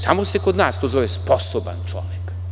Samo se kod nas to zove sposoban čovek.